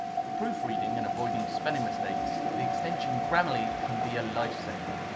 for proofreading and avoiding spelling mistakes, the extension grammarly can be a lifesaver.